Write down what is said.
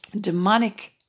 demonic